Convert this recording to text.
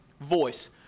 voice